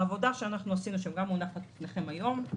העבודה שעשינו, וגם היא מונחת בפניכם היום,